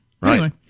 Right